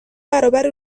برابر